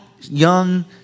young